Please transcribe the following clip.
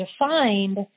defined